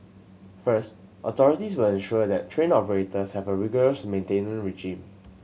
first authorities will ensure that train operators have a rigorous maintenance regime